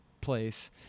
place